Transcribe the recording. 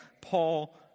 Paul